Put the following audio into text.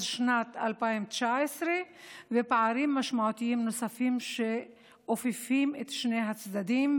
שנת 2019 ופערים משמעותיים נוספים שאופפים את שני הצדדים,